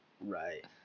Right